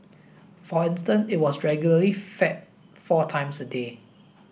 for instance it was regularly fed four times a day